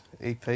EP